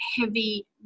heavy